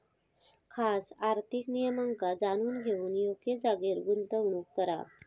खास आर्थिक नियमांका जाणून घेऊन योग्य जागेर गुंतवणूक करा